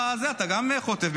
אתה גם חוטף.